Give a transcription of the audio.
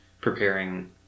preparing